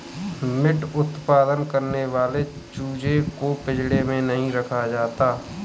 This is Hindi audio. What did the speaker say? मीट उत्पादन करने वाले चूजे को पिंजड़े में नहीं रखा जाता